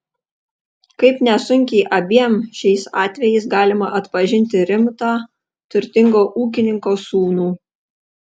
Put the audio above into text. kaip nesunkiai abiem šiais atvejais galima atpažinti rimtą turtingo ūkininko sūnų